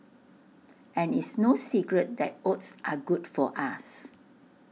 and it's no secret that oats are good for us